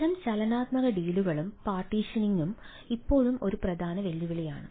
അത്തരം ചലനാത്മക ഡീലുകളും പാർട്ടീഷനിംഗും ഇപ്പോഴും ഒരു പ്രധാന വെല്ലുവിളിയാണ്